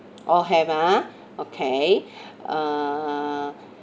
all have ah okay err